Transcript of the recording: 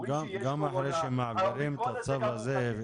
שיש קורונה --- גם אחרי שמעבירים את הצו הזה,